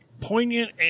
poignant